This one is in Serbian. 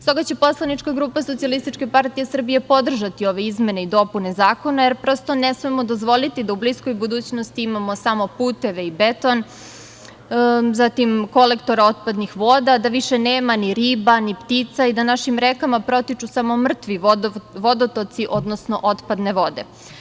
Stoga će poslanička grupa SPS podržati ove izmene i dopune zakona, jer prosto ne smemo dozvoliti da u bliskoj budućnosti imamo samo puteve i beton, zatim kolektor otpadnih voda, da više nema ni riba, ni ptica, i da našim rekama protiču samo mrtvi vodotoci, odnosno otpadne vode.